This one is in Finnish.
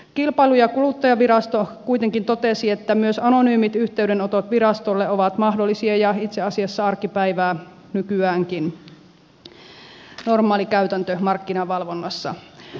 kilpailu ja kuluttajavirasto kuitenkin totesi että myös anonyymit yhteydenotot virastolle ovat mahdollisia ja itse asiassa arkipäivää nykyäänkin normaalikäytäntö markkinavalvonnassa